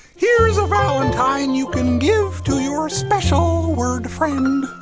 here's a valentine you can give to your special word friend.